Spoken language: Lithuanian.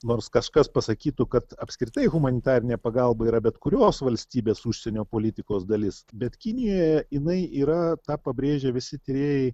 nors kažkas pasakytų kad apskritai humanitarinė pagalba yra bet kurios valstybės užsienio politikos dalis bet kinijoje jinai yra tą pabrėžia visi tyrėjai